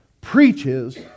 preaches